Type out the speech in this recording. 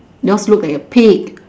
yours look like a pig